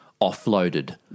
offloaded